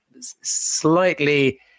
slightly